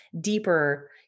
deeper